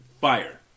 fire